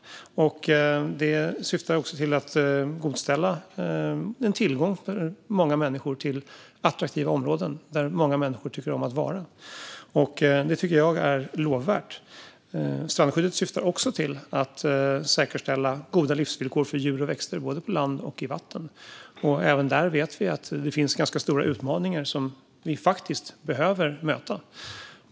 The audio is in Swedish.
Det syftar också till att säkerställa tillgång för många människor till attraktiva områden där många människor tycker om att vara. Detta tycker jag är lovvärt. Strandskyddet syftar också till att säkerställa goda livsvillkor för djur och växter, både på land och i vatten. Även där vet vi att det finns stora utmaningar som vi behöver möta.